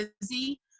busy